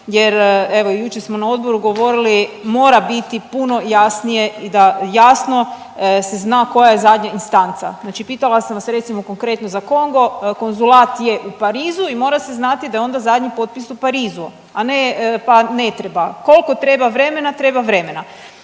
jer evo i jučer smo na odboru govorili mora biti puno jasnije, da jasno se zna koja je zadnja instanca. Znači pitala sam vas recimo konkretno za Kongo, konzulat je u Parizu i mora se znati da je onda zadnji potpis u Parizu, a ne pa ne treba. Koliko treba vremena treba vremena.